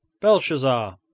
Belshazzar